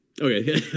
okay